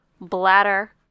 bladder